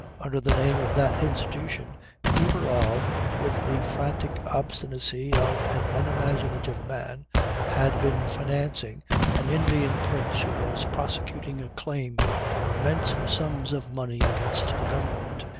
under the name of that institution de barral with the frantic obstinacy of an unimaginative man had been financing an indian prince who was prosecuting a claim for immense sums of money against the government.